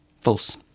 False